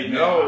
no